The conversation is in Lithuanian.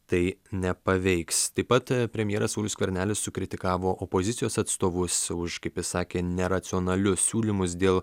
tai nepaveiks taip pat premjeras saulius skvernelis sukritikavo opozicijos atstovus už kaip jis sakė neracionalius siūlymus dėl